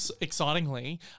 excitingly